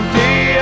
day